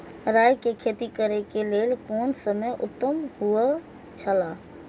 राय के खेती करे के लेल कोन समय उत्तम हुए छला?